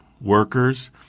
workers